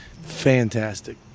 Fantastic